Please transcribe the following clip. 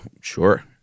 sure